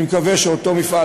אני מקווה שאותו מפעל,